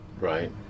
Right